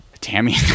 Tammy